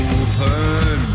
open